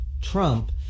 Trump